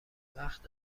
وقت